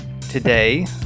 today